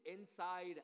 inside